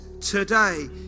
today